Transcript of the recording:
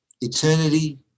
eternity